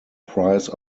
price